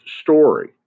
story